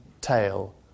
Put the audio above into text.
tail